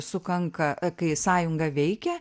sukanka kai sąjunga veikia